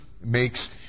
makes